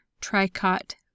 tricot